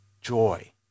joy